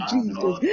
Jesus